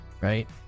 Right